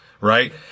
right